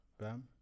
Bam